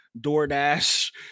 DoorDash